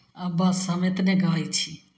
आब बस हम इतने कहै छी